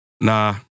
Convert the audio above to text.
Nah